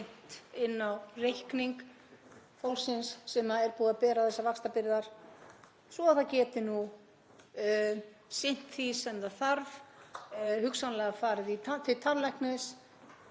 inn á reikning fólksins sem er búið að bera þessa vaxtabyrðar svo að það geti nú sinnt því sem það þarf, hugsanlega farið til tannlæknis,